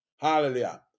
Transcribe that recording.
Hallelujah